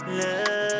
love